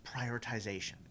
prioritization